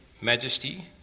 majesty